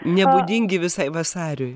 nebūdingi visai vasariui